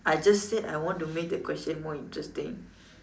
I just said I want to make the question more interesting